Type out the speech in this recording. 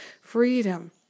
freedom